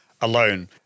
alone